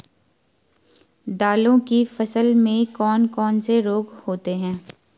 दालों की फसल में कौन कौन से रोग होते हैं?